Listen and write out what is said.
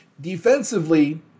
Defensively